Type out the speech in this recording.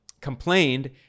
complained